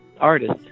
artist